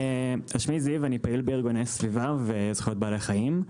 אני פעיל בארגוני סביבה וזכויות בעלי חיים.